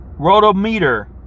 Rotometer